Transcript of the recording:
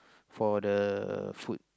for the food